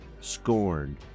scorned